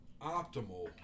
optimal